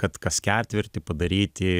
kad kas ketvirtį padaryti